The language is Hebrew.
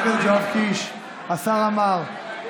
(קוראת